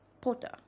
Porter